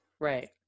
right